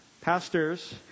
Pastors